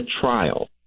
trial